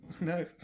No